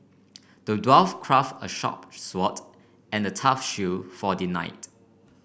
the dwarf craft a sharp sword and a tough shield for the knight